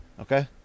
okay